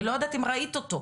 אני לא יודעת אם ראית אותו.